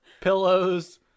Pillows